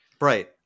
Right